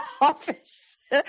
office